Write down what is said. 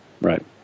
Right